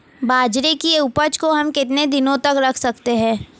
बाजरे की उपज को हम कितने दिनों तक रख सकते हैं?